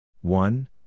one